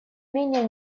менее